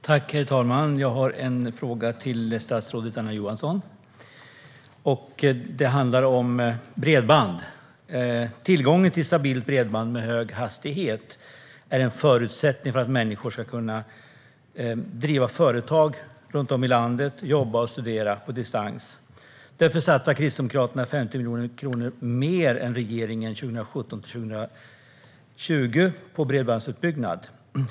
Herr talman! Jag har en fråga till statsrådet Anna Johansson. Det handlar om bredband. Tillgång till stabilt bredband med hög hastighet är en förutsättning för att människor ska kunna driva företag runt om i landet och jobba och studera på distans. Därför satsar Kristdemokraterna 50 miljoner kronor mer än regeringen 2017-2020 på bredbandsutbyggnad.